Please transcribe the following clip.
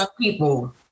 people